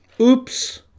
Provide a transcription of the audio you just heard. Oops